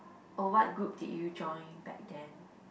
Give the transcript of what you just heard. oh what group did you join back then